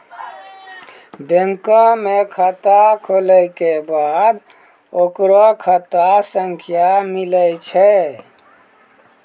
बैंको मे खाता खुलै के बाद ओकरो खाता संख्या मिलै छै